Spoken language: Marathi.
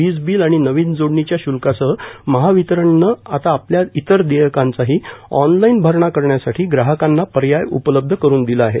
वीजबिल आणि नवीन जोडणीच्या श्ल्कासह महावितरणने आता आपल्या इतर देयकांचाही ऑनलाईन भरणा करण्यासाठी ग्राहकांना पर्याय उपलब्ध करून दिला आहे